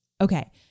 Okay